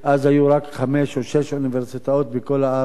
אז היו רק חמש או שש אוניברסיטאות בכל הארץ,